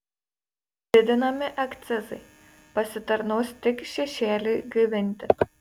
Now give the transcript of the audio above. didinami akcizai pasitarnaus tik šešėliui gaivinti